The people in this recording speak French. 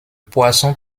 poisson